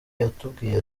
yatubwiye